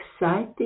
exciting